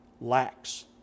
lacks